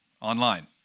online